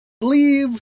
leave